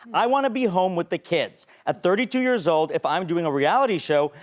i wanna be home with the kids. at thirty two years old, if i'm doing a reality show,